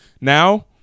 Now